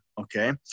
okay